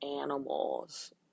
animals